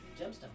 gemstone